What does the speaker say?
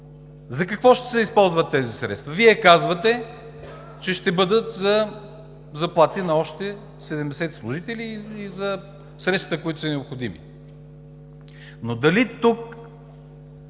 За какво ще се използват тези средства? Вие казвате, че ще бъдат за заплати на още 70 служители и за средствата, които са необходими. Но дали тук